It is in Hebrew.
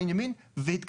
עין ימין והתקדם,